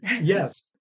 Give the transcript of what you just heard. Yes